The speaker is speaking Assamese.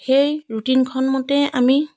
সেই ৰুটিনখন মতেই আমি